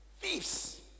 thieves